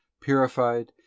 purified